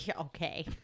Okay